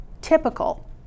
typical